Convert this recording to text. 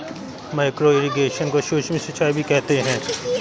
micro irrigation को सूक्ष्म सिंचाई भी कहते हैं